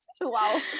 wow